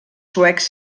suecs